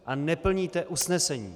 A neplníte usnesení.